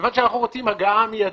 כיוון שאנחנו רוצים הגעה מידית,